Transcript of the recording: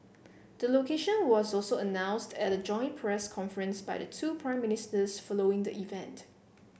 the location was also announced at a joint press conference by the two Prime Ministers following the event